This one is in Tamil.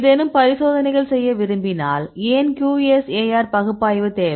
ஏதேனும் பரிசோதனைகள் செய்ய விரும்பினால் ஏன் QSAR பகுப்பாய்வு தேவை